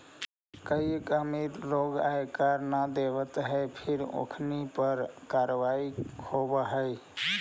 कईक अमीर लोग आय कर न देवऽ हई फिर ओखनी पर कारवाही होवऽ हइ